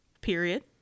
period